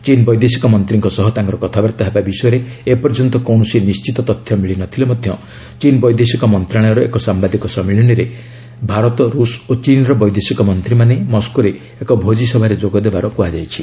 ଚୀନ୍ ବୈଦେଶିକ ମନ୍ତ୍ରୀଙ୍କ ସହ ତାଙ୍କର କଥାବାର୍ତ୍ତା ହେବା ବିଷୟରେ ଏପର୍ଯ୍ୟନ୍ତ କୌଣସି ନିଶ୍ଚିତ ତଥ୍ୟ ମିଳିନଥିଲେ ମଧ୍ୟ ଚୀନ୍ ବୈଦେଶିକ ମନ୍ତ୍ରଣାଳୟର ଏକ ସାମ୍ବାଦିକ ସମ୍ମିଳନୀରେ ଭାରତ ରୁଷ ଓ ଚୀନ୍ର ବୈଦେଶିକ ମନ୍ତ୍ରୀମାନେ ମସ୍କୋରେ ଏକ ଭୋଜି ସଭାରେ ଯୋଗଦେବାର କୁହାଯାଇଛି